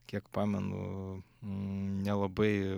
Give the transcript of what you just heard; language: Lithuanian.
kiek pamenu nelabai